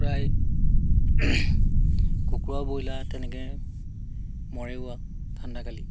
প্ৰায় কুকুৰা ব্ৰয়লাৰও তেনেকৈ মৰেও আৰু ঠাণ্ডাকালি